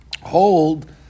hold